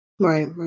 Right